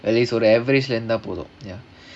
every average இருந்தா போதும்:irunthaa podhum ya